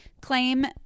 Claim